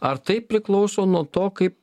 ar tai priklauso nuo to kaip